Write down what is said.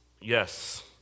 yes